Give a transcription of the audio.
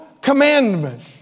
commandment